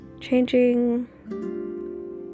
changing